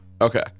Okay